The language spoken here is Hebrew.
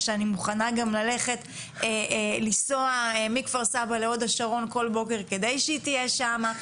שאני מוכנה גם לנסוע מכפר סבא להוד השרון כדי שהיא תהיה שמה,